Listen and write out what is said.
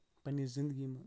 پَنٕنہِ زندگی منٛز